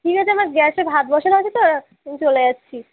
ঠিক আছে মা গ্যাসে ভাত বসানো আছে তো আমি চলে যাচ্ছি